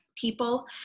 people